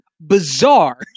bizarre